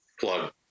Plug